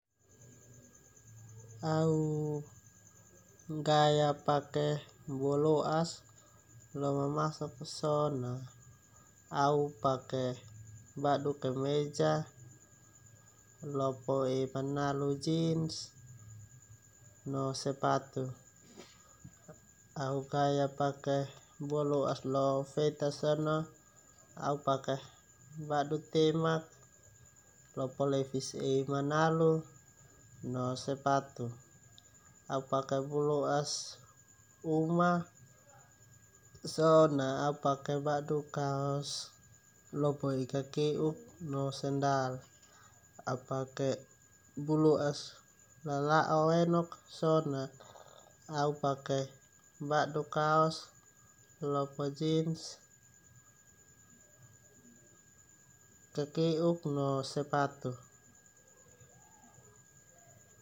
Au gaya pake bualoas lo mamasok so na au pake badu kameja, lopo ei manalu jeans no sepatu. Au gaya pake bualoas lo feta so na au pake badu temak, lopo levis ei manalu no sepatu. Au pake bualoas uma so na au pake badu kaos, lopo ei kake'uk no sendal. Au pake bualoas lala'ok enok so na au pake badu kaos, lopo jeans kake'uk no sepatu.